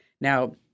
Now